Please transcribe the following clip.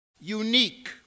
unique